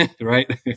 right